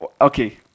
Okay